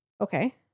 Okay